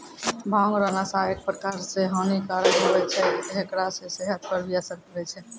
भांग रो नशा एक प्रकार से हानी कारक हुवै छै हेकरा से सेहत पर भी असर पड़ै छै